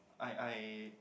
I I